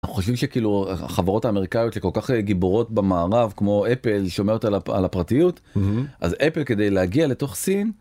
חושבים שכאילו חברות אמריקאיות כל כך גיבורות במערב כמו "אפל" שומעות על הפרטיות אז "אפל" כדי להגיע לתוך סין.